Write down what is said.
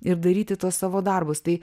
ir daryti tuos savo darbus tai